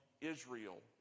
Israel